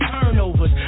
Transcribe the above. turnovers